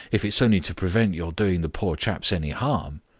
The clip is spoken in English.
if it's only to prevent your doing the poor chaps any harm.